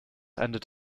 ended